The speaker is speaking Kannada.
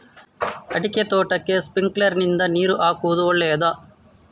ಅಡಿಕೆ ತೋಟಕ್ಕೆ ಸ್ಪ್ರಿಂಕ್ಲರ್ ನಿಂದ ನೀರು ಹಾಕುವುದು ಒಳ್ಳೆಯದ?